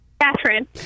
Catherine